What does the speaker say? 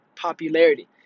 popularity